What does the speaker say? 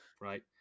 right